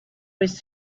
was